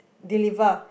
deliver